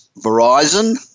Verizon